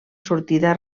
sortida